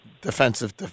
defensive